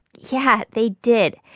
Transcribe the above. yeah. they did.